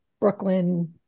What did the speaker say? Brooklyn